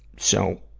so,